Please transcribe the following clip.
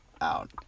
out